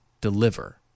deliver